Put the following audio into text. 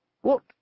What